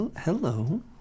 Hello